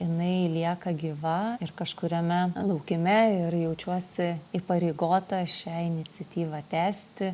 jinai lieka gyva ir kažkuriame laukime ir jaučiuosi įpareigota šią iniciatyvą tęsti